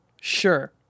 Sure